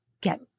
get